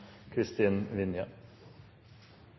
Kristin Vinje